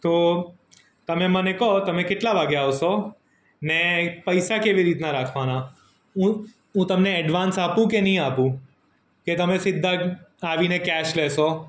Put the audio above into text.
તો તમે મને કો તમે કેટલા વાગે આવશો ને પૈસા કેવી રીતના રાખવાના હું હું તમને એડવાન્સ આપું કે નહિ આપું કે તમે સીધા આવીને કેશ લેશો